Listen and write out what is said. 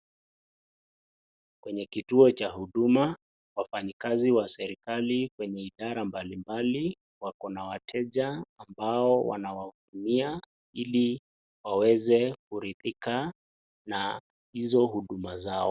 Kwenye kituo cha huduma wafanyikazi wa serikali kwenye idara mbalimbali wakona wateja ambao wanawahudumia ili waweze kuridhika na izo huduma zao.